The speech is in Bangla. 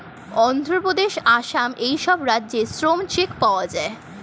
অন্ধ্রপ্রদেশ, আসাম এই সব রাজ্যে শ্রম চেক পাওয়া যায়